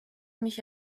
mich